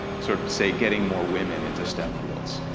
sort of say, getting more women into stem fields?